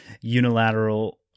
unilateral